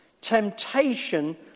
temptation